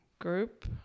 group